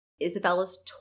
Isabella's